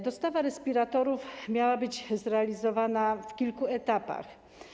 Dostawa respiratorów miała być zrealizowana w kilku etapach.